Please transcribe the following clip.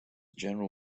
general